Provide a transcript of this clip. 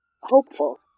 hopeful